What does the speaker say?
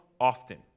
often